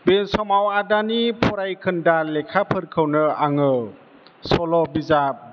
बे समाव आदानि फरायखोन्दा लेखाफोरखौनो आङो सल' बिजाब